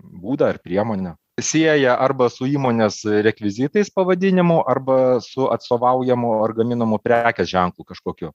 būdą ar priemonę sieja arba su įmonės rekvizitais pavadinimu arba su atstovaujamu ar gaminamu prekės ženklu kažkokiu